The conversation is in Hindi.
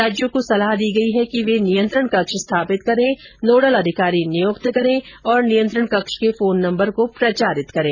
राज्यों को सलाह दी गई है कि वे नियंत्रण कक्ष स्थापित करें नोडल अधिकारी नियुक्त करें और नियंत्रण कक्ष के फोन नम्बर को प्रचारित करें